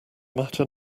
matter